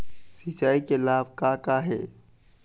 सिचाई के लाभ का का हे?